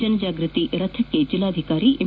ಜನಜಾಗೃತಿ ರಥಕ್ಕೆ ಜಿಲ್ಲಾಧಿಕಾರಿ ಎಂ